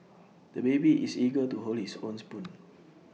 the baby is eager to hold his own spoon